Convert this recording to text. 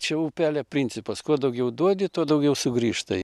čia upelio principas kuo daugiau duodi tuo daugiau sugrįžtai